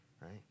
right